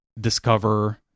discover